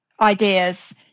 ideas